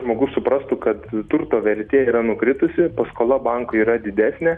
žmogus suprastų kad turto vertė yra nukritusi paskola bankui yra didesnė